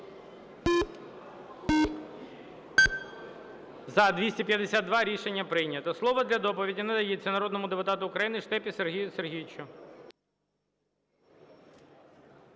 За-252 Рішення прийнято. Слово для доповіді надається народному депутату України Штепі Сергію Сергійовичу.